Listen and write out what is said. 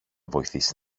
βοηθήσεις